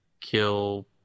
kill